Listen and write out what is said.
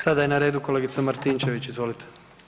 Sada je na redu kolegica Martinčević, izvolite.